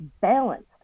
balanced